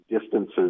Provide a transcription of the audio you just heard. distances